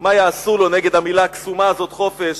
מה יעשו לו נגד המלה הקסומה הזאת "חופש"?